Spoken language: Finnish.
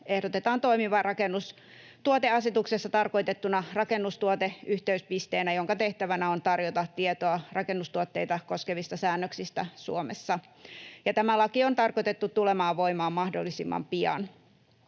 ehdotetaan toimivan rakennustuoteasetuksessa tarkoitettuna rakennustuoteyhteyspisteenä, jonka tehtävänä on tarjota tietoa rakennustuotteita koskevista säännöksistä Suomessa. Tämä laki on tarkoitettu tulemaan voimaan mahdollisimman pian.